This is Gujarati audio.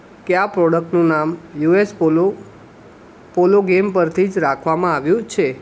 કે આ પ્રોડક્ટનું નામ U S polo polo game પરથી જ રાખવામાં આવ્યું છે